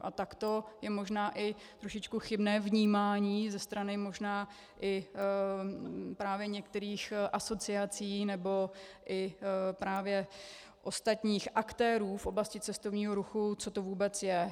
A takto je možná i trošičku chybné vnímání ze strany možná i některých asociací nebo i ostatních aktérů v oblasti cestovního ruchu, co to vůbec je.